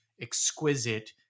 Exquisite